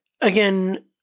again